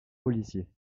policiers